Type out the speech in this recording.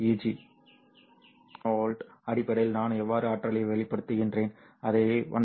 electron volt அடிப்படையில் நான் எவ்வாறு ஆற்றலை வெளிப்படுத்துகிறேன் அதை 1